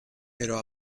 pero